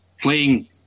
playing